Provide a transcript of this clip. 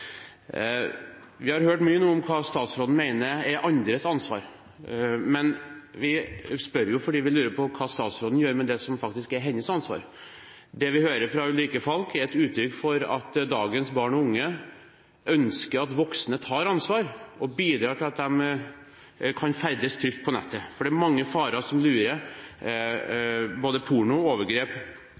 Vi har hørt mye nå om hva statsråden mener er andres ansvar, men vi spør jo fordi vi lurer på hva statsråden gjør med det som faktisk er hennes ansvar. Det vi hører fra Ulrikke Falch, er et uttrykk for at dagens barn og unge ønsker at voksne tar ansvar og bidrar til at de kan ferdes trygt på nettet, for det er mange farer som lurer – både porno og overgrep,